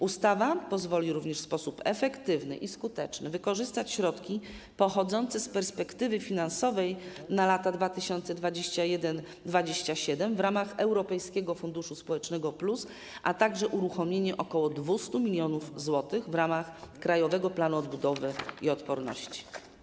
Ustawa pozwoli również w sposób efektywny i skuteczny wykorzystać środki pochodzące z perspektywy finansowej na lata 2021-2027 w ramach Europejskiego Funduszu Społecznego+, a także zostanie uruchomione ok. 200 mln zł w ramach Krajowego Planu Odbudowy i Odporności.